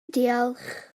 diolch